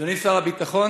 אדוני שר הביטחון,